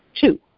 Two